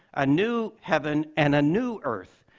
a new heaven and a new earth.